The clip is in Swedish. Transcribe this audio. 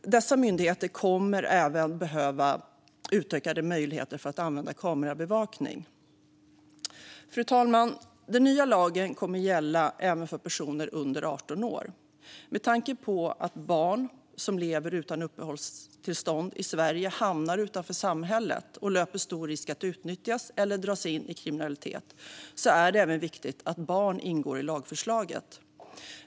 Dessa myndigheter kommer även att behöva utökade möjligheter att använda kamerabevakning. Fru talman! Den nya lagen kommer att gälla även för personer under 18 år. Med tanke på att barn som lever utan uppehållstillstånd i Sverige hamnar utanför samhället och löper stor risk att utnyttjas eller dras in i kriminalitet är det viktigt att även barn ingår i lagförslaget.